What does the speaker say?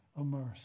immersed